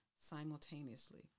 simultaneously